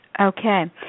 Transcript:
Okay